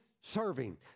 serving